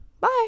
bye